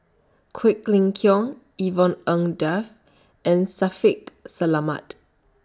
Quek Ling Kiong Yvonne Ng Uhde and Shaffiq Selamat